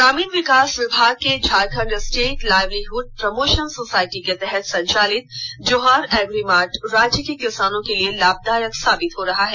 ग्रामीण विकास विभाग के Jharkhand state livelihood promotion society के तहत संचालित जोहार एग्री मार्ट राज्य के किसानों के लिए लाभदायाक साबित हो रही है